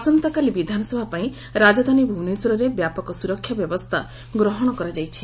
ଆସନ୍ତାକାଲି ବିଧାନସଭା ପାଇଁ ରାଜଧାନୀ ଭୁବନେଶ୍ୱରରେ ବ୍ୟାପକ ସୁରକ୍ଷା ବ୍ୟବସ୍କା ଗ୍ରହଣ କରାଯାଇଛି